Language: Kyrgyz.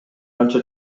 анча